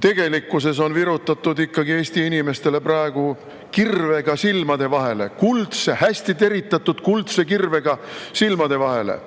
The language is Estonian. Tegelikkuses on virutatud ikkagi Eesti inimestele praegu kirvega silmade vahele, hästi teritatud kuldse kirvega silmade vahele.